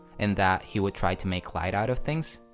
in that he would try to make light out of things,